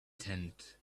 tent